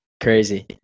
Crazy